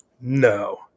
No